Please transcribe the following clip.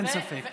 אין ספק.